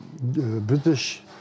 British